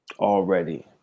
already